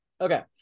Okay